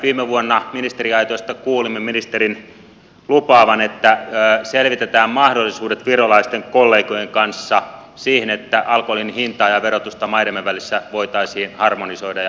viime vuonna ministeriaitiosta kuulimme ministerin lupaavan että selvitetään mahdollisuudet virolaisten kollegojen kanssa siihen että alkoholin hintaa ja verotusta maidemme välillä voitaisiin harmonisoida ja koordinoida